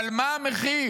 אבל מה המחיר,